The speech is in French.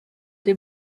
des